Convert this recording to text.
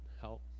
help